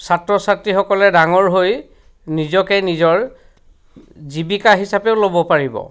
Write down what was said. ছাত্ৰ ছাত্ৰীসকলে ডাঙৰ হৈ নিজকে নিজৰ জীৱিকা হিচাপেও ল'ব পাৰিব